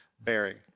bearing